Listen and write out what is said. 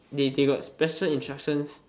they they got special instructions